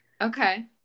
okay